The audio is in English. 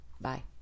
bye